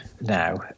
now